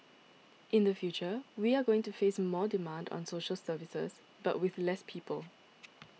in the future we are going to face more demand on social services but with less people